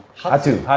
hatou. ah